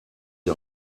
die